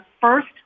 first